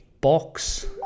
box